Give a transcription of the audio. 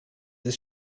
ist